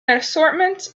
assortment